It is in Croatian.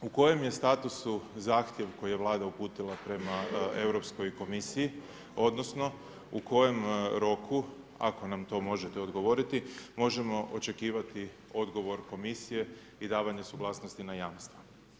U kojem je statusu zahtjev koji je Vlada uputila prema Europskoj komisiji, odnosno u kojem roku ako nam to možete odgovoriti možemo očekivati odgovor Komisije i davanje suglasnosti na jamstva.